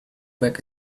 back